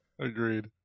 Agreed